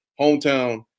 hometown